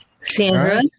Sandra